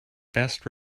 best